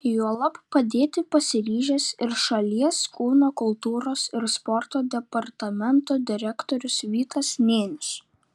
juolab padėti pasiryžęs ir šalies kūno kultūros ir sporto departamento direktorius vytas nėnius